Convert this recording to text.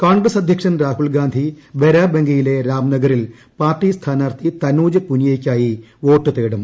കോൺഗ്രസ്സ് അധ്യ ക്ഷൻ രാഹുൽ ഗാന്ധി ബരാബംഗിയിലെ രാംനഗറിൽ പാർട്ടി സ്ഥാനാർത്ഥി തനൂജ് പുനിയയ്ക്കായി വോട്ട് തേടും